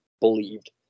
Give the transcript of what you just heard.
believed